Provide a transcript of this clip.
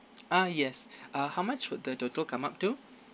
ah yes ah how much would the total come up to